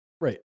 Right